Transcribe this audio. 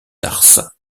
tarse